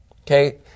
Okay